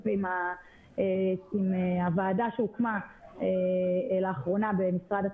עם הוועדה שהוקמה לאחרונה במשרד התחבורה,